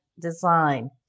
design